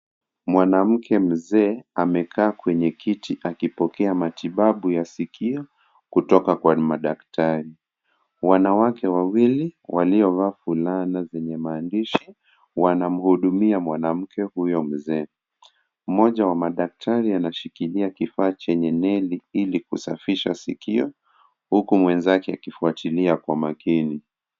Mwanamke mzee amekaa kwenye kiti akipokea matibabu ya sikio kutoka kwa madaktari. Wanawake wawili waliova fulani zenye maandishi wanamhudumia mwanamke huyo mzee. Mmoja wa madaktari anashikilia kifaa chenye neli ili kusafisha sikio huku mwenzake akifuatilia kwa makini.